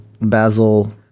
Basil